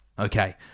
Okay